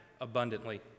abundantly